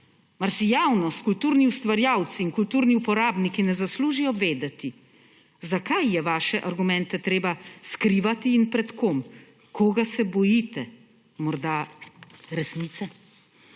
Mar si javnost, kulturni ustvarjalci in kulturni uporabniki ne zaslužijo vedeti, zakaj je vaše argumente treba skrivati in pred kom? Koga se bojite? Morda resnice?